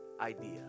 idea